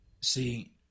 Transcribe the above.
see